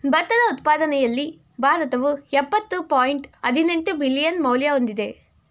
ಭತ್ತದ ಉತ್ಪಾದನೆಯಲ್ಲಿ ಭಾರತವು ಯಪ್ಪತ್ತು ಪಾಯಿಂಟ್ ಹದಿನೆಂಟು ಬಿಲಿಯನ್ ಮೌಲ್ಯ ಹೊಂದಿದೆ